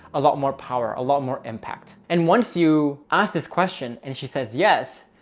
a lot more power, a lot more impact. and once you ask this question and she says, yes,